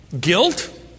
Guilt